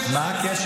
מה הקשר,